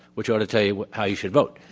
which oughta tell you how you should vote.